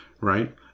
right